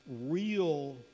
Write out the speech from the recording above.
real